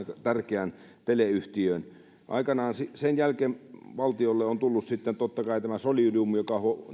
tärkeään teleyhtiöön sen jälkeen valtiolle on tullut sitten totta kai tämä solidium joka